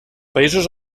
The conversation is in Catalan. països